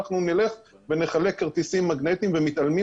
אנחנו נלך ונחלק כרטיסים מגנטיים ומתעלמים